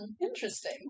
Interesting